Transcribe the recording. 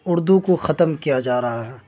اردو کو ختم کیا جا رہا ہے